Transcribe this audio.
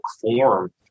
form